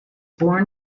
born